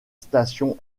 station